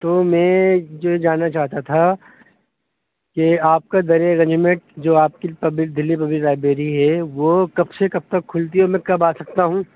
تو میں جو جاننا چاہتا تھا کہ آپ کا جو آپ کی پبلک دلی پبلک لائبریری ہے وہ کب سے کب تک کھلتی ہو میں کب آ سکتا ہوں